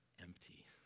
empty